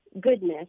goodness